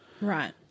Right